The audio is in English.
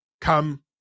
come